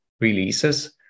releases